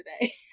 today